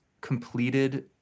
completed